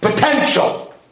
Potential